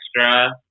extra